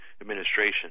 administration